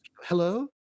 hello